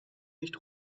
nicht